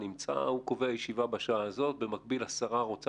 הוא קובע ישיבה בשעה מסוימת אבל במקביל השרה רוצה